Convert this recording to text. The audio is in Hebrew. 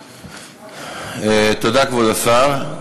תודה, כבוד השר.